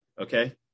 okay